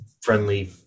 friendly